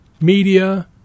media